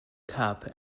cap